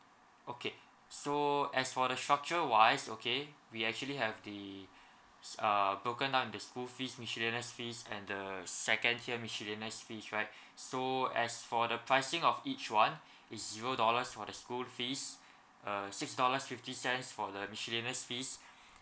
okay so as for the structure wise okay we actually have the uh broken down the school fees miscellaneous fees and the second tier miscellaneous fees right so as for the pricing of each one is zero dollars for the school fees uh six dollars fifty cents for the miscellaneous fees